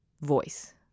voice